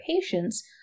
patients